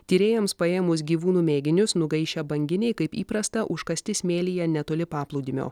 tyrėjams paėmus gyvūnų mėginius nugaišę banginiai kaip įprasta užkasti smėlyje netoli paplūdimio